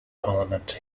parliament